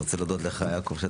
אני רוצה להודות לך יעקב,